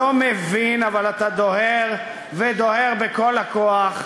לא מבין, אבל אתה דוהר ודוהר בכל הכוח,